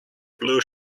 blue